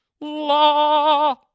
Law